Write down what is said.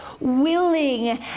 willing